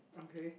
okay